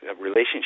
relationship